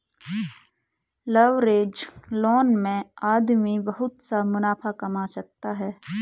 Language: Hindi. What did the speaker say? लवरेज्ड लोन में आदमी बहुत सा मुनाफा कमा सकता है